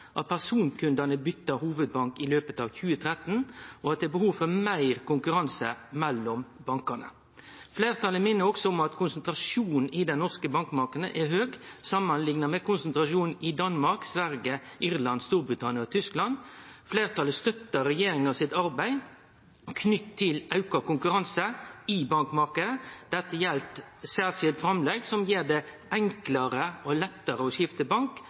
personkundane bytta hovudbank i løpet av 2013, og at det er behov for meir konkurranse mellom bankane. Fleirtalet minner også om at konsentrasjonen i den norske bankmarknaden er høg samanlikna med konsentrasjonen i Danmark, Sverige, Irland, Storbritannia og Tyskland. Fleirtalet støttar arbeidet til regjeringa knytt til auka konkurranse i bankmarknaden. Dette gjeld særskilt framlegg som gjer det enklare å skifte bank,